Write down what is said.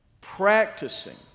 practicing